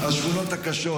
מהשכונות הקשות.